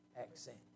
accent